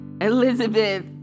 Elizabeth